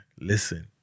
Listen